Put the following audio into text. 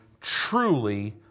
truly